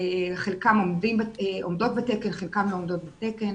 חלקן עומדות בתקן, חלקן לא עומדות בתקן.